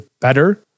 better